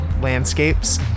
landscapes